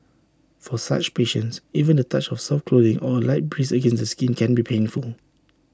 for such patients even the touch of soft clothing or light breeze against the skin can be painful